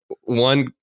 one